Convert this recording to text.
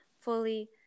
fully